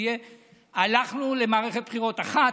הלכנו למערכת בחירות אחת,